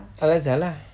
al-azhar lah